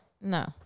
No